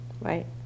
Right